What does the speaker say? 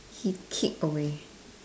he kick away